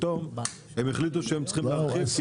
פתאום הם החליטו שהם צריכים להכניס כי